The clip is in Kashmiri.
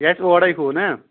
یہِ آسہِ اورٕے ہُہ نا